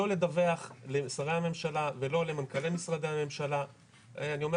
לא לדווח לשרי הממשלה ולא למנכ"לי משרדי הממשלה,